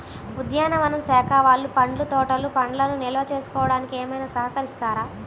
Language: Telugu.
ఉద్యానవన శాఖ వాళ్ళు పండ్ల తోటలు పండ్లను నిల్వ చేసుకోవడానికి ఏమైనా సహకరిస్తారా?